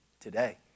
today